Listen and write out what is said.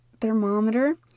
thermometer